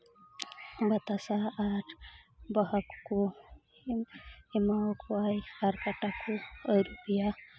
ᱵᱟᱛᱟᱥᱟ ᱟᱨ ᱵᱟᱦᱟ ᱠᱚᱠᱚ ᱮᱢᱟᱣᱟᱠᱚᱣᱟᱭ ᱟᱨ ᱠᱟᱴᱟ ᱠᱚ ᱟᱹᱨᱩᱵᱮᱭᱟ